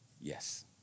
yes